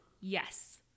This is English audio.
Yes